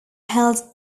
held